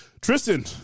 Tristan